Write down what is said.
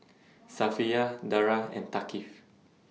Safiya Dara and Thaqif